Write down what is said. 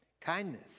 kindness